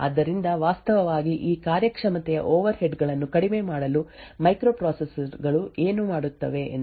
ಆದ್ದರಿಂದ ವಾಸ್ತವವಾಗಿ ಈ ಕಾರ್ಯಕ್ಷಮತೆಯ ಓವರ್ಹೆಡ್ ಗಳನ್ನು ಕಡಿಮೆ ಮಾಡಲು ಮೈಕ್ರೊಪ್ರೊಸೆಸರ್ ಗಳು ಏನು ಮಾಡುತ್ತವೆ ಎಂದರೆ ಅವರು ಜಂಪ್ ಸೂಚನೆಯ ಫಲಿತಾಂಶದ ಬಗ್ಗೆ ಊಹಿಸುತ್ತಾರೆ